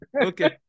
Okay